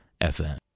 FM